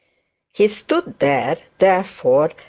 he stood there, therefore,